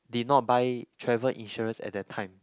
did not buy travel insurance at that time